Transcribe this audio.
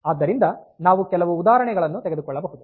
ಆದ್ದರಿಂದ ನಾವು ಕೆಲವು ಉದಾಹರಣೆಗಳನ್ನು ತೆಗೆದುಕೊಳ್ಳಬಹುದು